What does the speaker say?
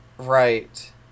Right